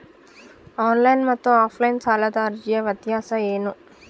Online ಮತ್ತು offline ಸಾಲದ ಅರ್ಜಿಯ ವ್ಯತ್ಯಾಸ ಏನು?